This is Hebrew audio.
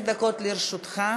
עשר דקות לרשותך.